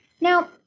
Now